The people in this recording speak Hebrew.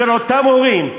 חיים אותם הורים,